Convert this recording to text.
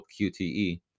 QTE